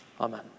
Amen